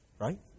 Right